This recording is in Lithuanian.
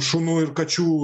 šunų ir kačių